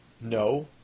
No